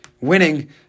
winning